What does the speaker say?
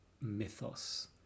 mythos